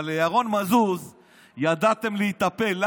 אבל לירון מזוז ידעתם להיטפל.